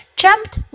jumped